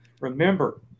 Remember